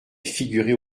figurer